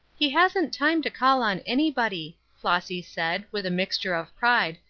he hasn't time to call on anybody, flossy said, with a mixture of pride,